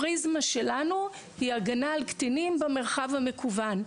הפריזמה שלנו היא הגנה על קטינים במרחב המקוון,